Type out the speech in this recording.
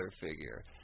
figure